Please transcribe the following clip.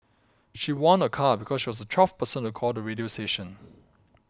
she won a car because she was the twelfth person to call the radio station